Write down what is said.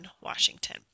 Washington